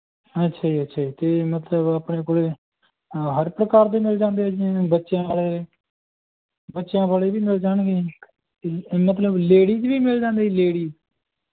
ਅੱਛਾ ਜੀ ਅੱਛਾ ਜੀ ਅਤੇ ਮਤਲਬ ਆਪਣੇ ਕੋਲ ਹਰ ਪ੍ਰਕਾਰ ਦੇ ਮਿਲ ਜਾਂਦੇ ਆ ਜਿਵੇਂ ਬੱਚਿਆਂ ਵਾਲੇ ਬੱਚਿਆਂ ਵਾਲੇ ਵੀ ਮਿਲ ਜਾਣਗੇ ਜੀ ਮਤਲਬ ਲੇਡੀਜ ਵੀ ਮਿਲ ਜਾਂਦੇ ਲੇਡੀ